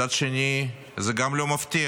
מצד שני, זה גם לא מפתיע,